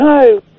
No